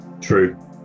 true